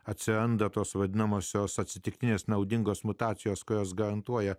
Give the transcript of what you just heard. atsiranda tos vadinamosios atsitiktinės naudingos mutacijos kurios garantuoja